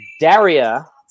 Daria